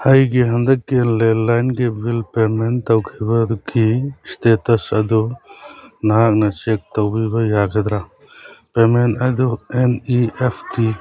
ꯑꯩꯒꯤ ꯍꯟꯗꯛꯀꯤ ꯂꯦꯜꯂꯥꯏꯟꯒꯤ ꯕꯤꯜ ꯄꯦꯃꯦꯟ ꯇꯧꯈꯤꯕ ꯑꯗꯨꯒꯤ ꯏꯁꯇꯦꯇꯁ ꯑꯗꯨ ꯅꯍꯥꯛꯅ ꯆꯦꯛ ꯇꯧꯕꯤꯕ ꯌꯥꯒꯗ꯭ꯔꯥ ꯄꯦꯃꯦꯟ ꯑꯗꯨ ꯑꯦꯟ ꯏꯤ ꯑꯦꯐ ꯇꯤ